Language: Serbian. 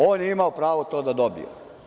On je imao pravo to da dobije.